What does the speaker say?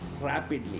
rapidly